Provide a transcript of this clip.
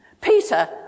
Peter